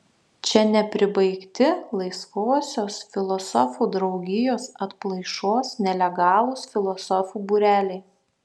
čia nepribaigti laisvosios filosofų draugijos atplaišos nelegalūs filosofų būreliai